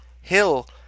Hill